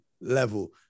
level